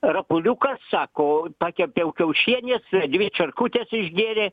rapuliukas sako pakepiau kiaušienės dvi čerkutes išgėrė